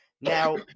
Now